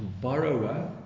borrower